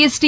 ST